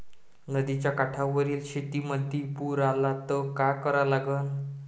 नदीच्या काठावरील शेतीमंदी पूर आला त का करा लागन?